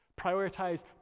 Prioritize